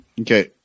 Okay